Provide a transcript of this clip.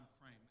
frame